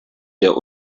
der